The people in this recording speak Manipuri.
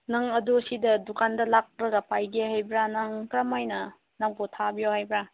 ꯅꯪ ꯑꯗꯨ ꯁꯤꯗ ꯗꯨꯀꯥꯟꯗ ꯂꯥꯛꯄꯗ ꯄꯥꯏꯒꯦ ꯍꯥꯏꯕ꯭ꯔꯥ ꯅꯪ ꯀꯔꯝ ꯍꯥꯏꯅ ꯅꯪꯕꯨ ꯊꯥꯕꯤꯌꯣ ꯍꯥꯏꯕ꯭ꯔꯥ